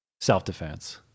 self-defense